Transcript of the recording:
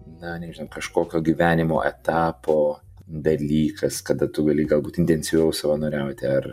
na nežinau kažkokio gyvenimo etapo dalykas kada tu gali galbūt intensyviau savanoriauti ar